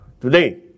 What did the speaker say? Today